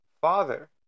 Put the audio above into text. father